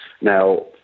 Now